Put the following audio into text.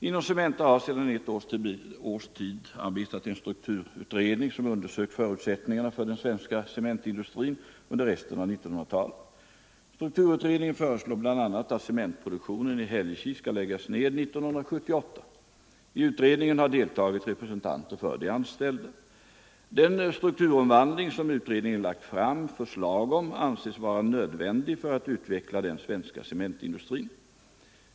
Inom Cementa har sedan ett års tid arbetat en strukturutredning som undersökt förutsättningarna för den svenska cementindustrin under resten av 1900-talet. Strukturutredningen föreslår bl.a. att cementproduktionen i Hällekis skall läggas ned 1978. I utredningen har deltagit representanter för de anställda. Den strukturomvandling som utredningen lagt fram förslag om anses vara nödvändig för att utveckla den svenska cementindustrin.